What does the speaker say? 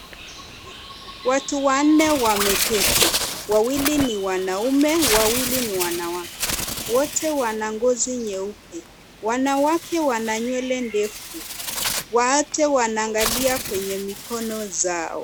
Watu wanne wameketi, wawili ni wanaume, wawili ni wanawake. Wote wana ngozi nyeupe. Wanawake wana nywele ndefu. Wote wanaangalia kwenye mikono zao.